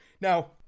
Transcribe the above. Now